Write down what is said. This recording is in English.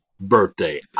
birthday